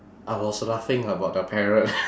I was laughing about the parrot